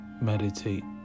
meditate